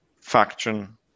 faction